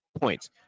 points